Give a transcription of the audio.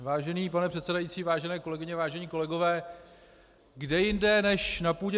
Vážený pane předsedající, vážené kolegyně, vážení kolegové, kde jinde než na půdě